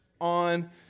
on